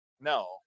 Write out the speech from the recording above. No